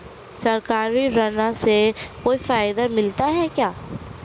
सरकारी ऋण से कोई फायदा मिलता है क्या?